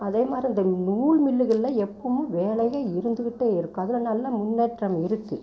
அதே மாதிரி இந்த நூல் மில்லுகளில் எப்பவும் வேலைகள் இருந்துக்கிட்டே இருக்கும் அதில் நல்ல முன்னேற்றம் இருக்குது